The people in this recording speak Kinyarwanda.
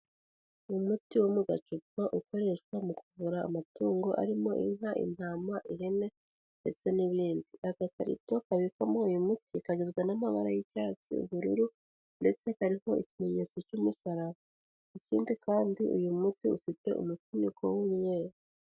Umuti wo mu gacupa ukoreshwa mu kuvura amatungo arimo inka, intama, ihene ndetse n'ibindi, agakarito kabikwamo uyu muti kagizwe n'amabara y'icyatsi, ubururu ndetse kariho ikimenyetso cy'umusaraba, ikindi kandi uyu muti ufite umufuniko w'umweru.